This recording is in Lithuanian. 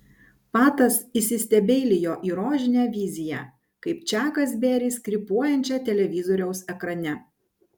patas įsistebeilijo į rožinę viziją kaip čakas beris krypuojančią televizoriaus ekrane